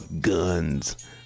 guns